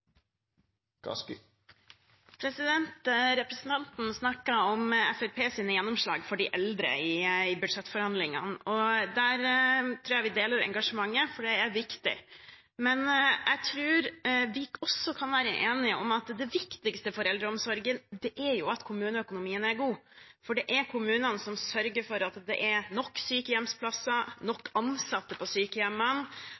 bedre. Representanten snakket om Fremskrittspartiets gjennomslag for de eldre i budsjettforhandlingene. Der tror jeg vi deler engasjementet, for det er viktig, men jeg tror vi også kan være enige om at det viktigste for eldreomsorgen er at kommuneøkonomien er god, for det er kommunene som sørger for at det nok sykehjemsplasser,